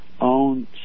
own